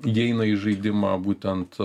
įeina į žaidimą būtent